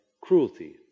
cruelty